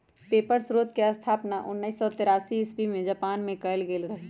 paper स्रोतके स्थापना उनइस सौ तेरासी इस्बी में जापान मे कएल गेल रहइ